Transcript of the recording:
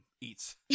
eats